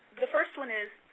the first one is,